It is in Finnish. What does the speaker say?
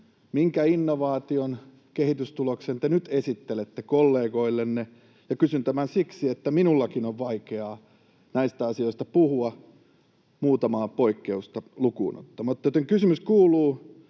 Minkä innovaation, kehitystuloksen, te nyt esittelette kollegoillenne? Kysyn tämän siksi, että minunkin on vaikea näistä asioista puhua muutamaa poikkeusta lukuun ottamatta. Joten kysymys kuuluu: